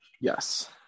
Yes